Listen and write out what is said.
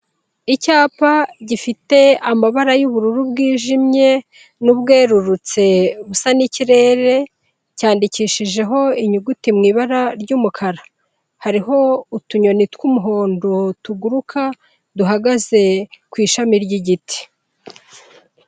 Icyapa gifite amabara y'ubururu bwijimye n'ubwerurutse busa n'ikirere cyandikishijeho inyuguti mu ibara ry'umukara, hariho utunyoni tw'umuhondo tuguruka duhagaze ku ishami ry'igiti.